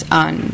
on